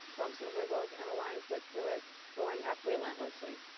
bumps and wiggles, and a line fit through it going up relentlessly.